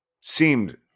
seemed